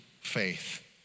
faith